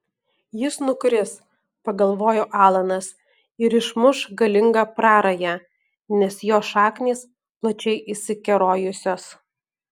jis nukris pagalvojo alanas ir išmuš galingą prarają nes jo šaknys plačiai išsikerojusios